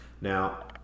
now